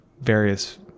various